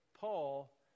Paul